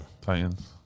Titans